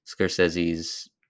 scorsese's